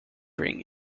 ring